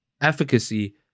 efficacy